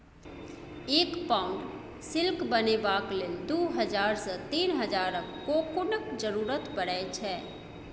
एक pound silk बनेबाक लेल दु हजार सँ तीन हजारक कोकुनक जरुरत परै छै